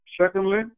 Secondly